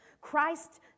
Christ